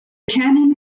cannon